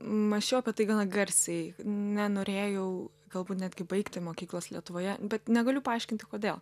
mąsčiau apie tai gana garsiai nenorėjau galbūt netgi baigti mokyklos lietuvoje bet negaliu paaiškinti kodėl